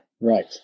Right